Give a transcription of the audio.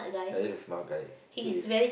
ya he's a smart guy actually